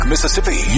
Mississippi